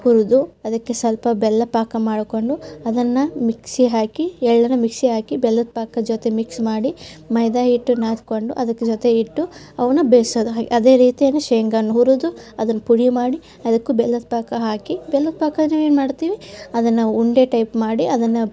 ಹುರಿದು ಅದಕ್ಕೆ ಸ್ವಲ್ಪ ಬೆಲ್ಲ ಪಾಕ ಮಾಡಿಕೊಂಡು ಅದನ್ನು ಮಿಕ್ಸಿಗೆ ಹಾಕಿ ಎಳ್ಳನ್ನು ಮಿಕ್ಸಿಗೆ ಹಾಕಿ ಬೆಲ್ಲದ ಪಾಕದ ಜೊತೆ ಮಿಕ್ಸ್ ಮಾಡಿ ಮೈದಾ ಹಿಟ್ಟು ನಾದಿಕೊಂಡು ಅದಕ್ಕೆ ಜೊತೆ ಇಟ್ಟು ಅವನ್ನು ಬೇಯಿಸೋದು ಹಾಗೆ ಅದೇ ರೀತಿಯಲ್ಲಿ ಶೇಂಗಾನ ಹುರಿದು ಅದನ್ನ ಪುಡಿ ಮಾಡಿ ಅದಕ್ಕೂ ಬೆಲ್ಲದ ಪಾಕ ಹಾಕಿ ಬೆಲ್ಲದ ಪಾಕ ನಾವು ಏನು ಮಾಡ್ತೀವಿ ಅದನ್ನು ಉಂಡೆ ಟೈಪ್ ಮಾಡಿ ಅದನ್ನು